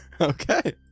Okay